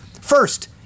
First